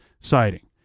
sighting